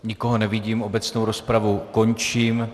Nikoho nevidím, obecnou rozpravu končím.